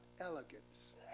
elegance